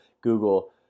google